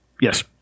Yes